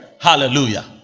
Hallelujah